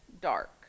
dark